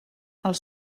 als